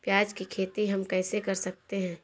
प्याज की खेती हम कैसे कर सकते हैं?